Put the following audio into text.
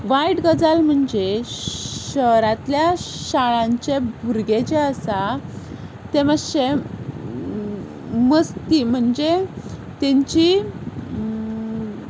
वायट गजाल म्हणजे शारांतल्या शाळांचे भुरगे जे आसा ते मातशे मस्ती म्हणजे तांची